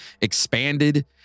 expanded